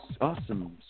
awesome